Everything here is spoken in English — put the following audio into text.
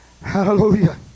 hallelujah